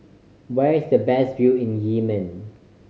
where is the best view in Yemen